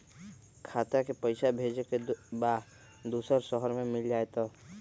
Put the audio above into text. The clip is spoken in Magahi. खाता के पईसा भेजेए के बा दुसर शहर में मिल जाए त?